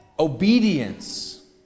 Obedience